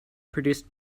produced